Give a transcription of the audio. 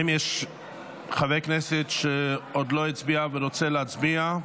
האם יש חבר כנסת שעוד לא הצביע ורוצה להצביע?